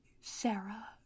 Sarah